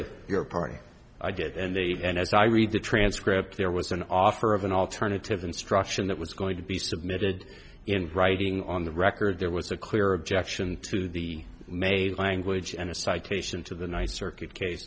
with your party i did and they and as i read the transcript there was an offer of an alternative instruction that was going to be submitted in writing on the record there was a clear objection to the made language and a citation to the ninth circuit case